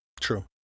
True